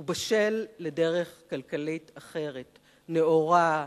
הוא בשל לדרך כלכלית אחרת, נאורה,